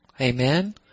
Amen